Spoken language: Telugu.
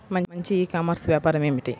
మంచి ఈ కామర్స్ వ్యాపారం ఏమిటీ?